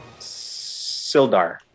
Sildar